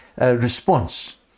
response